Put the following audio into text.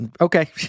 Okay